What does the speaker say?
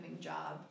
job